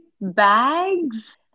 bags